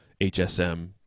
HSM